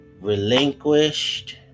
relinquished